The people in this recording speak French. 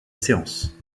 séance